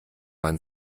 man